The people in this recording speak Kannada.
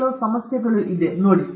ಕೆಲವು ಸಮಸ್ಯೆಗಳು ಇವುಗಳನ್ನು ನೋಡಿ